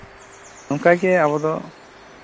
ᱚᱱᱠᱟᱜᱮ ᱟᱵᱚ ᱫᱚ